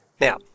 Now